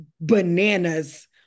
bananas